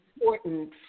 important